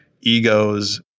egos